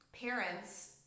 parents